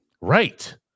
Right